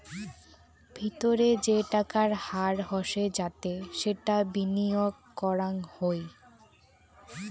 ভিতরে যে টাকার হার হসে যাতে সেটা বিনিয়গ করাঙ হউ